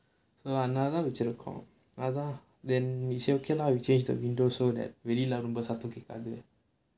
so அதுனால தான் வச்சிருக்கோம் அதான்:adhunaala thaan vachchirukom athaan then we say okay lah we change the window so that வெளில ரொம்ப சத்தம் கேட்க்காது:velila romba saththam kedkaathu